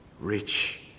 Rich